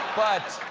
but